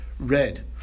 red